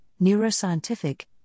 neuroscientific